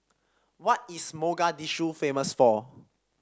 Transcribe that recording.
what is Mogadishu famous for